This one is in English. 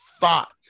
thought